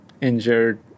injured